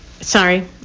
sorry